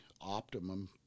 optimum